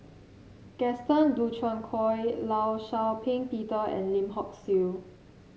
Gaston Dutronquoy Law Shau Ping Peter and Lim Hock Siew